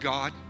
God